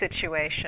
situation